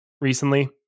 recently